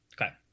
Okay